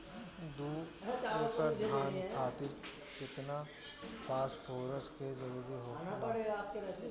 दु एकड़ धान खातिर केतना फास्फोरस के जरूरी होला?